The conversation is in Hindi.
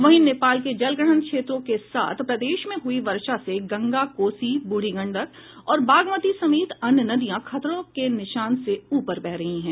वहीं नेपाल के जलग्रहण क्षेत्रों के साथ प्रदेश में हुई वर्षा से गंगा कोसी बूढ़ी गंडक और बागमती समेत अन्य नदियां खतरे के निशान से ऊपर बह रही हैं